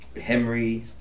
Henry